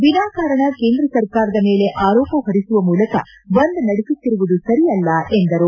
ವಿನಾಕಾರಣ ಕೇಂದ್ರ ಸರ್ಕಾರದ ಮೇಲೆ ಆರೋಪ ಹೊರಿಸುವ ಮೂಲಕ ಬಂದ್ ನಡೆಸುತ್ತಿರುವುದು ಸರಿಯಲ್ಲ ಎಂದರು